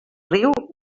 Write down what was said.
riu